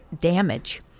damage